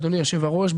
אדוני יושב הראש,